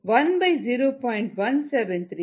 78 10